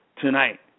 tonight